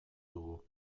dugu